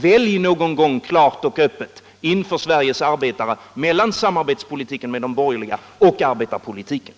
Välj någon gång klart och öppet inför Sveriges arbetare mellan sam — Allmänna pensions